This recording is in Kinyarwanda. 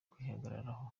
kwihagararaho